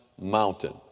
mountain